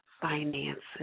finances